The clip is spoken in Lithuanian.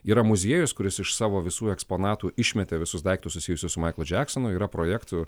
yra muziejus kuris iš savo visų eksponatų išmetė visus daiktus susijusius su maiklu džeksonu yra projektų